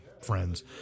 friends